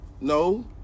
no